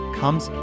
comes